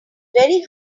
very